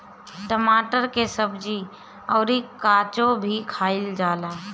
टमाटर के सब्जी अउर काचो भी खाएला जाला